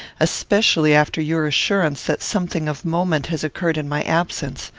especially after your assurance that something of moment has occurred in my absence.